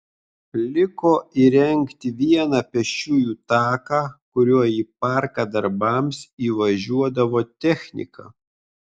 liko įrengti vieną pėsčiųjų taką kuriuo į parką darbams įvažiuodavo technika